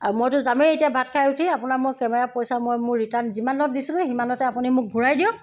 আৰু মইতো যামেই এতিয়া ভাত খাই উঠি আপোনাক মই কেমেৰাৰ পইচা মই মোৰ ৰিটাৰ্ণ যিমানত দিছিলোঁ সিমানতে আপুনি মোক ঘূৰাই দিয়ক